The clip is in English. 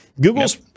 Google's